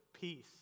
peace